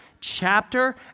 Chapter